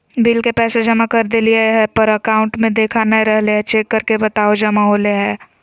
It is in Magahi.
बिल के पैसा जमा कर देलियाय है पर अकाउंट में देखा नय रहले है, चेक करके बताहो जमा होले है?